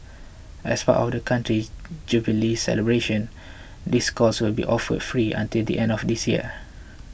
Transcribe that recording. as part of the country's Jubilee celebrations these courses will be offered free until the end of this year